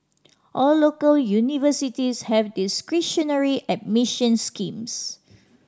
all local universities have discretionary admission schemes